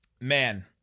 man